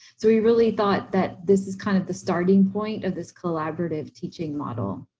so we really thought that this is kind of the starting point of this collaborative teaching model.